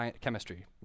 chemistry